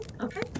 okay